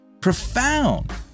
profound